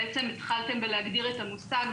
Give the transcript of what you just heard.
בעצם התחלתם בלהגדיר את המושג.